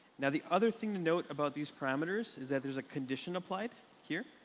now, the other thing to note about these parameters is that there's a condition applied here.